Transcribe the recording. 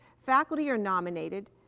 faculty are nominated,